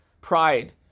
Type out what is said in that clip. pride